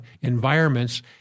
environments